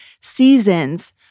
seasons